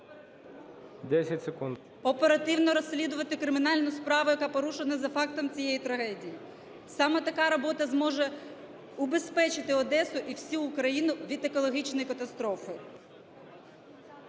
Оперативно розслідувати кримінальну справу, яка порушена за фактом цієї трагедії. Саме така робота зможе убезпечити Одесу і всю Україну від екологічної катастрофи.